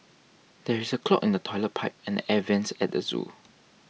there is a clog in the Toilet Pipe and the Air Vents at the zoo